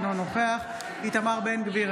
אינו נוכח איתמר בן גביר,